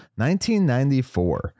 1994